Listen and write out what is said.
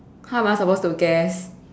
how am I supposed to guess